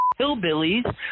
hillbillies